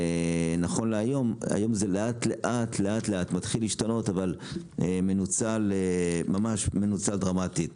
היום זה לאט לאט מתחיל להשתנות אבל ממש מנוצל דרמטית,